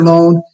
Loan